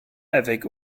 avec